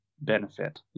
benefit